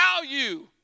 value